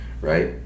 Right